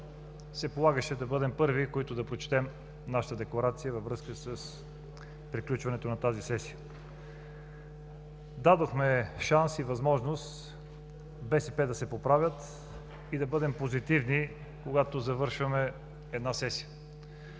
се полагаше да бъдем първи, които да прочетем нашата „Декларация“ във връзка с приключването на тази сесия. Дадохме шанс и възможност БСП да се поправят и да бъдем позитивни, когато завършваме една сесия,